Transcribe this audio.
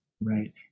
right